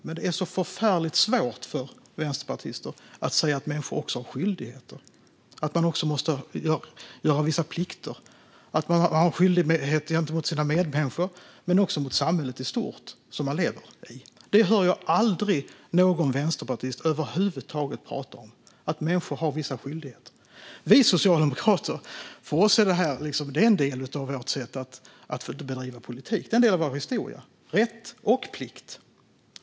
Men det är också så förfärligt svårt för vänsterpartister att säga att människor också har skyldigheter, att de har vissa plikter, att de har skyldighet gentemot sina medmänniskor men också mot samhället som de lever i i stort. Jag hör över huvud taget aldrig någon vänsterpartist tala om att människor har vissa skyldigheter. För oss socialdemokrater är detta en del av vårt sätt att bedriva politik. Det är en del av vår historia: rätt och plikt.